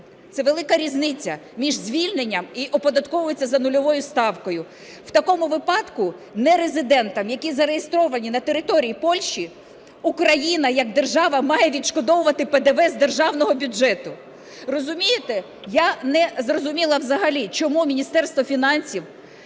це велика різниця між звільненням і "оподатковується за нульовою ставкою". В такому випадку нерезидентам, які зареєстровані на території Польщі Україна як держава має відшкодовувати ПДВ з державного бюджету. Розумієте? Я не зрозуміла взагалі, чому Міністерство фінансів